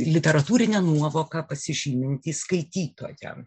literatūrine nuovoka pasižymintį skaitytoją